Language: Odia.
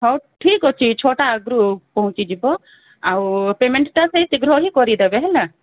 ହଉ ଠିକ୍ ଅଛି ଛଅଟା ଆଗରୁ ପହଞ୍ଚିଯିବ ଆଉ ପେମେଣ୍ଟଟା ସେଇ ଶୀଘ୍ର ହିଁ କରିଦେବେ ହେଲା